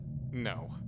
no